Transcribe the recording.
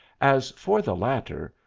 as for the latter,